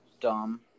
dumb